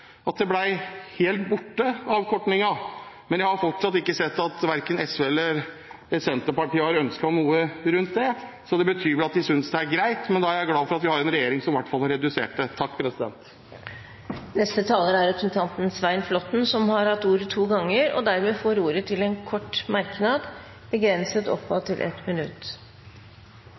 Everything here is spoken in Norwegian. at avkortningen ble helt borte, men jeg har fortsatt ikke sett at verken SV eller Senterpartiet har ønsket noe rundt det. Det betyr at de synes det er greit, men da er jeg glad for at vi har en regjering som i hvert fall har redusert det. Svein Flåtten har hatt ordet to ganger tidligere og får ordet til en kort merknad, begrenset til 1 minutt.